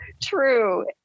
true